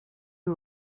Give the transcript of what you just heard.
who